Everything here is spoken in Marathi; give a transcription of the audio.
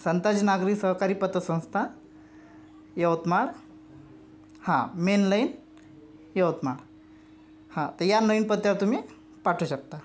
संताजी नागरी सहकारी पतसंस्था यवतमाळ हां मेन लाईन यवतमाळ हां तर या नवीन पत्त्यावर तुम्ही पाठवू शकता